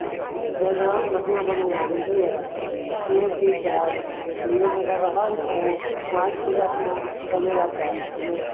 diagram बढ़िआँ बनै हइ बुझलियै स्नैपचैट भेल ब्लैक अगर रहल तऽ वाइट भऽ जायत ओ चलेलापर